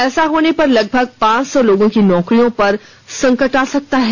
ऐसा होने पर लगभग पांच सौ लोगों की नौकरियों पर संकट आ सकता है